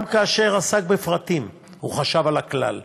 גם כאשר עסק בפרטים, הוא חשב על הכלל.